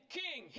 king